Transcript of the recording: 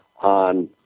on